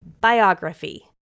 biography